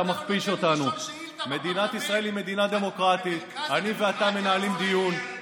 להכפיש את מדינת ישראל בכל מקום,